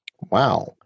Wow